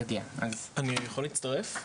אני רק רוצה להתייחס.